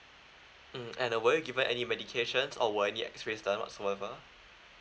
mm and uh were you given any medications or were any X-rays done whatsoever